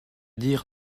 dire